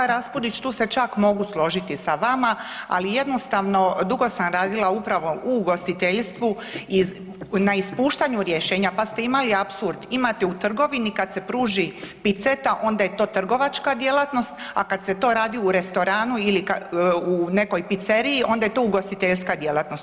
Kolega Raspudić tu se čak mogu složiti sa vama, ali jednostavno dugo sam radila upravo u ugostiteljstvu iz, na ispuštanju rješenja pa ste imali apsurd imate u trgovini kad se pruži piceta onda je to trgovačka djelatnost, a kad se to radi u restorana ili u nekoj piceriji onda je to ugostiteljska djelatnost.